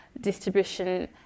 distribution